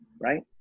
right